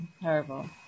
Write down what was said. Terrible